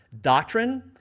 Doctrine